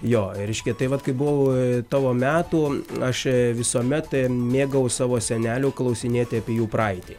jo reiškia tai vat kai buvau tavo metų aš visuomet mėgau savo senelio klausinėti apie jų praeitį